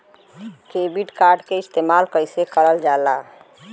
Debit card के इस्तेमाल कइसे करल जाला?